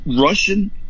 Russian